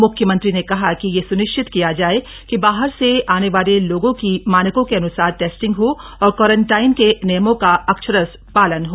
मुख्यमंत्री ने कहा कि यह सुनिश्चित किया जाए कि बाहर से आने वाले लोगों की मानकों के अनुसार टेस्टिंग हो और क्वारेंटाईन के नियमों का अक्षरशः पालन हो